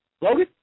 Logan